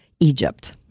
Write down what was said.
Egypt